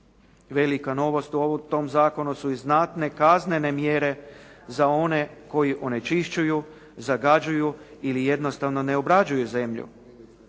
Velika novost u tom zakonu su znatne kaznene mjere za one koji onečišćuju, zagađuju ili jednostavno ne obrađuju zemlju.